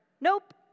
nope